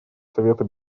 совета